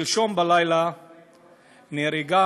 שלשום בלילה נהרגה